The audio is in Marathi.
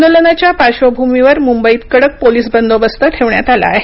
आंदोलनाच्या पार्श्वभूमीवर मुंबईत कडक पोलीस बंदोबस्त ठेवण्यात आला आहे